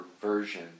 version